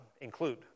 include